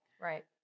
Right